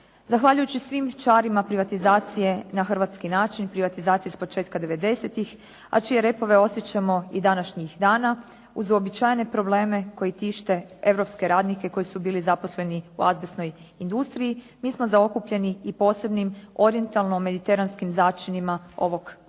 Zahvaljujući svim čarima privatizacije na hrvatski način, privatizacije s početka '90.-tih godina, a čije repove osjećamo i današnjih dana, uz uobičajene probleme koji tište europske radnike koji su bili zaposleni u azbestnoj industriji, mi smo zaokupljeni i posebnim orijentalno-mediteranskim začinima ovog teškog